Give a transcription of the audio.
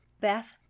Beth